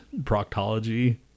proctology